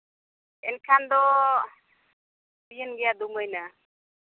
ᱮᱱᱠᱷᱟᱱ ᱫᱚ ᱦᱩᱭᱮᱱ ᱜᱮᱭᱟ ᱫᱩ ᱢᱟᱹᱦᱱᱟᱹ